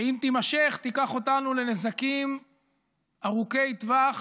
שאם תימשך, תיקח אותנו לנזקים ארוכי טווח